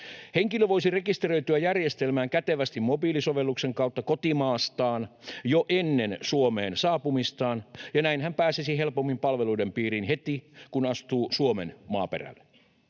Henkilö voisi rekisteröityä järjestelmään kätevästi mobiilisovelluksen kautta kotimaastaan jo ennen Suomeen saapumistaan, ja näin hän pääsisi helpommin palveluiden piiriin heti, kun astuu Suomen maaperälle.